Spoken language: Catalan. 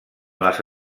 les